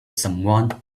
someone